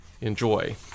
enjoy